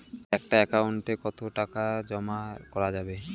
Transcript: একটা একাউন্ট এ কতো টাকা জমা করা যাবে?